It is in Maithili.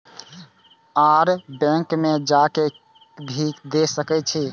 और बैंक में जा के भी दे सके छी?